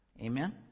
Amen